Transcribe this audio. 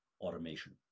automation